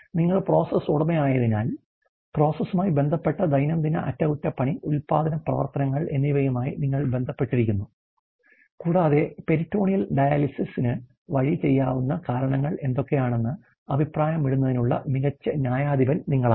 നിങ്ങൾ പ്രോസസ് ഉടമയായതിനാൽ പ്രോസസ്സുമായി ബന്ധപ്പെട്ട ദൈനംദിന അറ്റകുറ്റപ്പണി ഉൽപാദന പ്രവർത്തനങ്ങൾ എന്നിവയുമായി നിങ്ങൾ ബന്ധപ്പെട്ടിരിക്കുന്നു കൂടാതെ പെരിറ്റോണിയൽ ഡയാലിസിസ് വഴി ചെയ്യാവുന്ന കാരണങ്ങൾ എന്തൊക്കെയാണെന്ന് അഭിപ്രായമിടുന്നതിനുള്ള മികച്ച ന്യായാധിപൻ നിങ്ങളാണ്